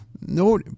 no